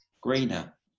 greener